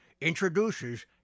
introduces